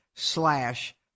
slash